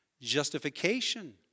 justification